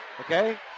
okay